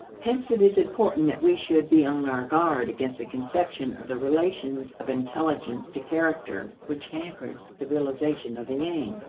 hence it is important that we should be on our guard against a conception of the relations of intelligence to character which hampers the realization of the aim,